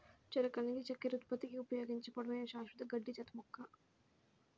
చెరకు అనేది చక్కెర ఉత్పత్తికి ఉపయోగించే పొడవైన, శాశ్వత గడ్డి జాతి మొక్క